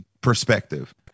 perspective